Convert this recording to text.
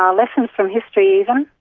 um lessons from history even,